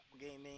Gaming